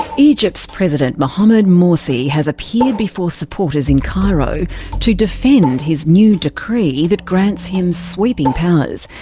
egypt's president mohamad morsi has appeared before supporters in cairo to defend his new decree that grants him sweeping powers.